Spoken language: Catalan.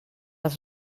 els